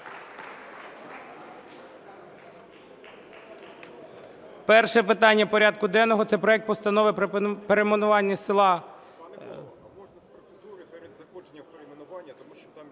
Перше питання проекту денного – це проект Постанови про перейменування села…